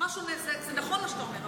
זה נכון מה שאתה אומר,